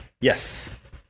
Yes